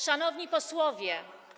Szanowni Posłowie!